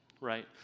right